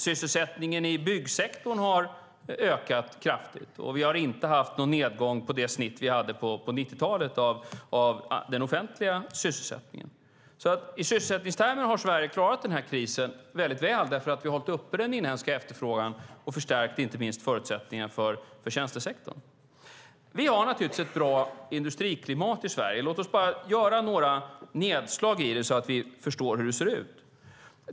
Sysselsättningen i byggsektorn har ökat kraftigt, och vi har inte haft någon nedgång på det snitt vi hade på 90-talet av den offentliga sysselsättningen. I sysselsättningstermer har Sverige klarat den här krisen väldigt väl därför att vi har hållit den inhemska efterfrågan uppe och förstärkt inte minst förutsättningarna för tjänstesektorn. Vi har naturligtvis ett bra industriklimat i Sverige. Låt oss göra några nedslag så att vi förstår hur det ser ut.